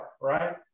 right